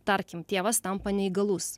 tarkim tėvas tampa neįgalus